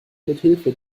mithilfe